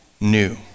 new